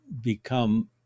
become